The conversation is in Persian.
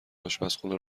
آشپزخونه